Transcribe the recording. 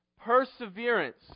perseverance